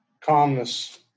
calmness